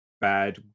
bad